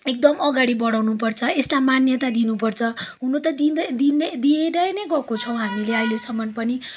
एकदम अगाडि बढाउनुपर्छ यसलाई मान्यता दिनुपर्छ हुनु त दिँदै दिँदै दिएर नै गएको छौँ हामीले अहिलेसम्म पनि